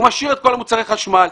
הוא משאיר את כל מוצרי החשמל,